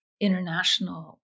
international